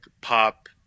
pop